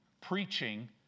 preaching